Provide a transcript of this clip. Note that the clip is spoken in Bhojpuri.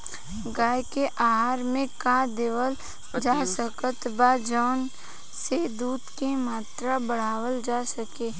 गाय के आहार मे का देवल जा सकत बा जवन से दूध के मात्रा बढ़ावल जा सके?